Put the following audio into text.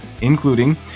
including